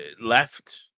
left